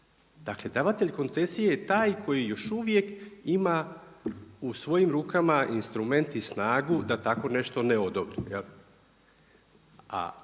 dakle davatelj koncesije je taj koji još uvijek ima u svojim rukama instrument i snagu da tako nešto ne odobri,